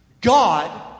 God